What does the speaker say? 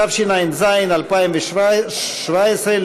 התשע"ז 2017,